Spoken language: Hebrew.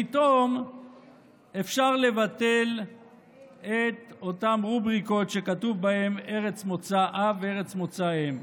פתאום אפשר לבטל את אותן רובריקות שכתוב בהן ארץ מוצא אב וארץ מוצא אם.